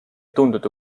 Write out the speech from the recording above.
tunduda